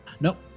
Nope